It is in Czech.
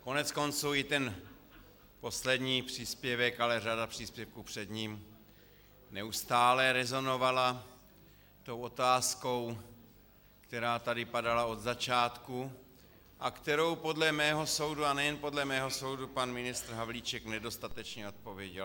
Koneckonců i ten poslední příspěvek, ale i řada příspěvků před ním neustále rezonovala tou otázkou, která tady padala od začátku a kterou podle mého soudu, a nejen podle mého soudu, pan ministr Havlíček nedostatečně zodpověděl.